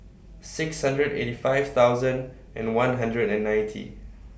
six hundred eighty five thousand and one hundred and ninety